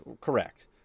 correct